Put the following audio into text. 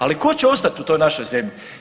Ali tko će ostati u toj našoj zemlji?